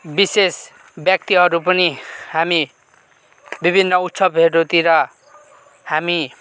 विशेष व्यक्तिहरू पनि हामी विभिन्न उत्सवहरूतिर हामी